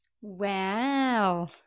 Wow